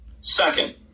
Second